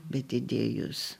bet įdėjos